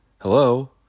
Hello